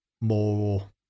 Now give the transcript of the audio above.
more